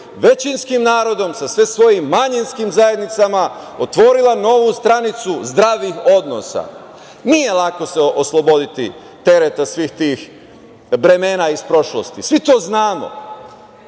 većinskim narodom, sa sve svojim manjinskim zajednicama otvorila novu stranicu zdravih odnosa. Nije lako osloboditi se tereta svih bremena iz prošlosti, svi to znamo.